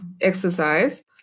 exercise